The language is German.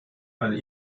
all